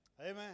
Amen